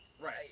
Right